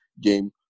game